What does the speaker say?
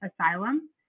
asylum